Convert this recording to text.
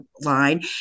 line